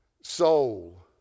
soul